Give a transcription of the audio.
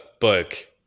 book